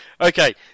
okay